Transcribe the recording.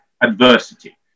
adversity